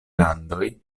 landoj